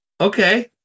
Okay